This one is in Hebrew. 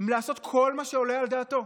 מלעשות כל מה שעולה על דעתו.